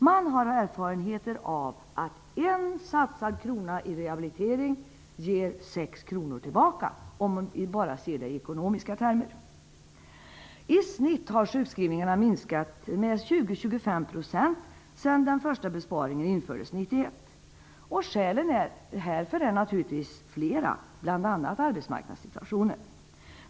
Man har erfarenheter av att en satsad krona på rehabilitering ger sex kronor tillbaka, om man bara ser det ekonomiskt. I snitt har sjukskrivningarna minskat med 20-25 % sedan den första besparingen infördes 1991. Skälen härtill är naturligtvis flera, bl.a. arbetsmarknadssituationen.